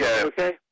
Okay